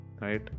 right